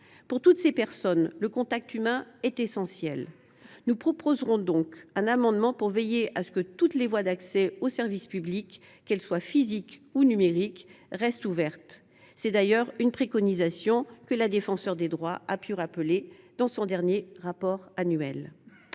Pour toutes ces personnes, le contact humain est essentiel. Nous défendrons donc un amendement tendant à veiller à ce que toutes les voies d’accès aux services publics, physiques comme numériques, restent ouvertes. Il s’agit d’ailleurs d’une préconisation que la Défenseure des droits a rappelée dans son dernier rapport annuel.